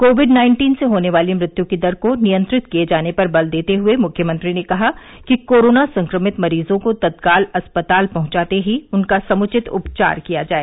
Covid nineteen से होने वाली मृत्यु की दर को नियंत्रित किए जाने पर बल देते हुए मुख्यमंत्री ने कहा कि कोरोना संक्रमित मरीजों को तत्काल अस्पताल पहंचाते ही उनका समुचित उपचार किया जाए